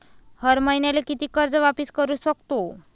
हर मईन्याले कितीक कर्ज वापिस करू सकतो?